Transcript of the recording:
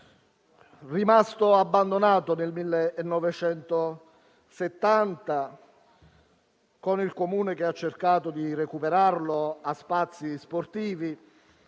Rimasto abbandonato nel 1970, con il Comune che ha cercato di recuperarlo convertendolo in